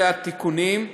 אלה התיקונים.